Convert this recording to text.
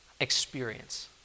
experience